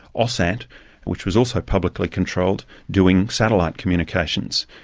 aussat, which was also publicly controlled, doing satellite communications.